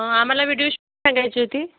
आम्हाला video shooting सांगायची होती